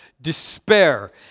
despair